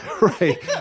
Right